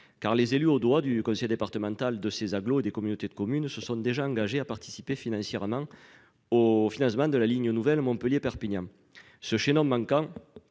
car les élus au droit du conseil départemental de ces agglo et des communautés de communes se sont déjà engagés à participer financièrement au financement de la ligne nouvelle Montpellier-Perpignan ce chaînon manquant.